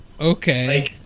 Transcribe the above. Okay